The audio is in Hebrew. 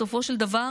בסופו של דבר,